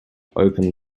open